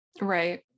Right